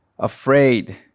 afraid